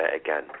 again